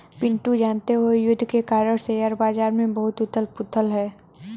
पिंटू जानते हो युद्ध के कारण शेयर बाजार में बहुत उथल पुथल है